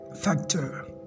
factor